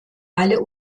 alle